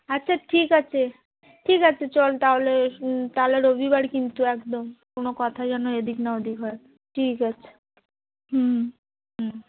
আচ্ছা ঠিক আছে ঠিক আছে চল তাহলে তালে রবিবার কিন্তু একদম কোনো কথা যেন এদিক না ওদিক হয় ঠিক আছে হুম হুম